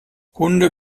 hunde